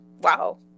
wow